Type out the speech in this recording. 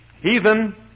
heathen